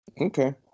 Okay